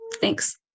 Thanks